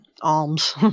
alms